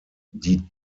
die